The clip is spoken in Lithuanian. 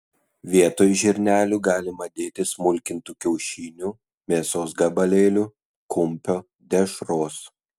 vietoj žirnelių galima dėti smulkintų kiaušinių mėsos gabalėlių kumpio dešros